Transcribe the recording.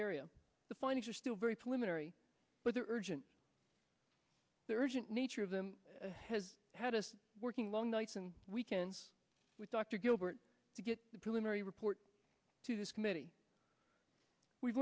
area the findings are still very slim unary but the urgent urgent nature of them has had us working long nights and weekends with dr gilbert to get the preliminary report to this committee we've